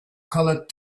colored